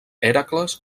hèracles